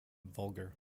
vulgar